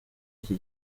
iki